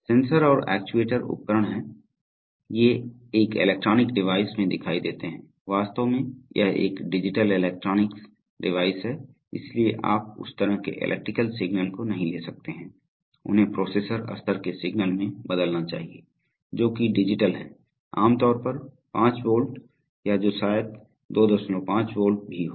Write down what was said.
sensor और actuator उपकरण हैं ये एक इलेक्ट्रॉनिक डिवाइस में दिखाई देते हैं वास्तव में यह एक डिजिटल इलेक्ट्रॉनिक डिवाइस है इसलिए आप उस तरह के इलेक्ट्रिकल सिग्नल को नहीं ले सकते हैं उन्हें प्रोसेसर स्तर के सिग्नल में बदलना चाहिए जो कि जो डिजिटल हैं आमतौर पर पाँच वोल्ट या जो शायद 25 वोल्ट भी हो